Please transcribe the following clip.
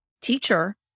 teacher